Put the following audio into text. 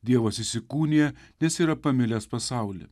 dievas įsikūnija nes yra pamilęs pasaulį